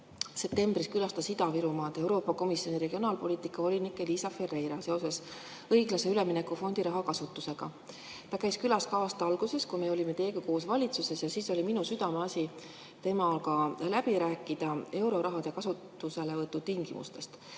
Septembris külastas Ida-Virumaad Euroopa Komisjoni regionaalpoliitika volinik Elisa Ferreira, et saada ülevaade õiglase ülemineku fondi raha kasutusest. Ta käis meil külas ka aasta alguses, kui meie olime teiega koos valitsuses, ja siis oli minu südameasi temaga läbi rääkida euroraha kasutuselevõtu tingimused.